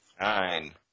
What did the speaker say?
Nine